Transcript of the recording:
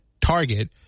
Target